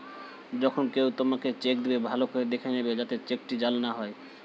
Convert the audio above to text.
যখন কেউ তোমাকে চেক দেবে, ভালো করে দেখে নেবে যাতে চেকটি জাল না হয়